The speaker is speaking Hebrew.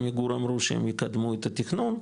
עמיגור אמרו שהם יקדמו את התכנון,